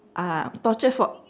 ah torture for